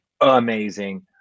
amazing